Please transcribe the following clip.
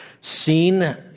seen